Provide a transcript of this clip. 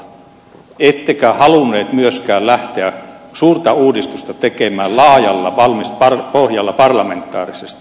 ettekä halunneet myöskään lähteä suurta uudistusta tekemään laajalla pohjalla parlamentaarisesti